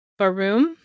Barum